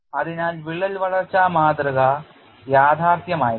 അതിനാൽ വിള്ളൽ വളർച്ചാ മാതൃക യാഥാർഥ്യമായിരിക്കണം